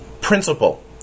principle